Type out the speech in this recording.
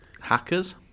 Hackers